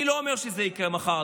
אני לא אומר שזה יקרה מחר,